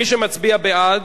מי שמצביע בעד,